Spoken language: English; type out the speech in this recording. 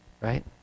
right